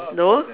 no